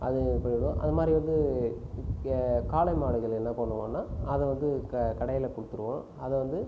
அது இது பண்ணிவிடுவோம் அது மாதிரி வந்து காளை மாடுகள் என்ன பண்ணுவோனால் அது வந்து கடையில் கொடுத்துடுவோம் அதை வந்து